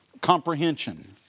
comprehension